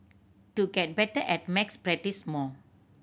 to get better at maths practise more